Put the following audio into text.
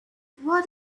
what